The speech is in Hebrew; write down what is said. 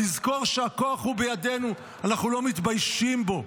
לזכור שהכוח הוא בידנו, אנחנו לא מתביישים בו,